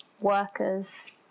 workers